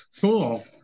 Cool